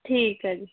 ਠੀਕ ਹੈ ਜੀ